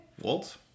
walt